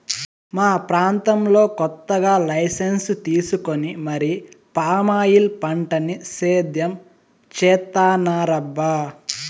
మా ప్రాంతంలో కొత్తగా లైసెన్సు తీసుకొని మరీ పామాయిల్ పంటని సేద్యం చేత్తన్నారబ్బా